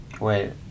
Wait